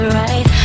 right